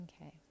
Okay